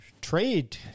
trade